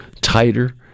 tighter